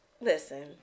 Listen